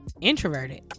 introverted